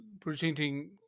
presenting